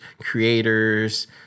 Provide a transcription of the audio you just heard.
creators